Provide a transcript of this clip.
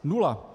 Nula.